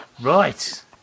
Right